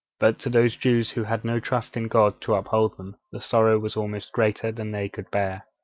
but to those jews who had no trust in god to uphold them, the sorrow was almost greater than they could bear.